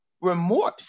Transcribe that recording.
remorse